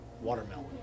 watermelon